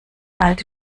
alte